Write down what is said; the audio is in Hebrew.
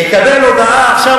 יקבל הודעה עכשיו,